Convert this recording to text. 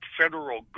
federal